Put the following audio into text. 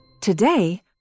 Today